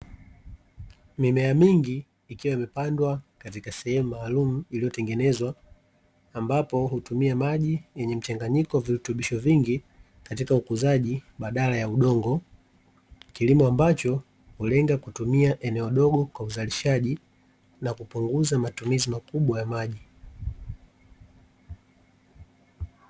Mimea mingi ikiwa imepandwa katika sehemu maalum iliyotengenezwa ambapo hutumia maji yenye mchanganyiko virutubisho vingi katika ukuzaji badala ya udongo, kilimo ambacho hulenga kutumia eneo dogo kwa uzalishaji na kupunguza matumizi makubwa ya maji.